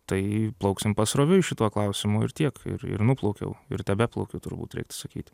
tai plauksim pasroviui šituo klausimu ir tiek ir ir nuplaukiau ir tebeplaukiu turbūt reiktų sakyt